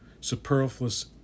superfluous